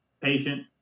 patient